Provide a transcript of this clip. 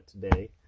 today